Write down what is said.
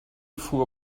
fuhr